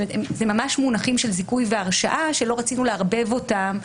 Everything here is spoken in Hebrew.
אלה ממש מונחים של זיכוי והרשעה שלא רצינו לערבב אותם,